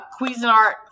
Cuisinart